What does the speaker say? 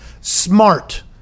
smart